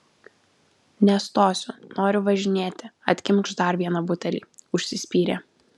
nestosiu noriu važinėti atkimšk dar vieną butelį užsispyrė